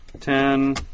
Ten